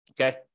Okay